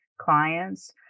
clients